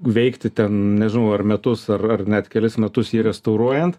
veikti ten nežinau ar metus ar net kelis metus jį restauruojant